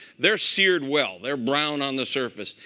they're seared well. they're brown on the surface.